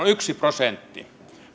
yksi prosentti